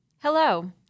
Hello